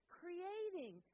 creating